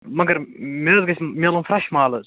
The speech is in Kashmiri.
مگر مےٚ حظ گَژھِ میلُن فریٚش مال حظ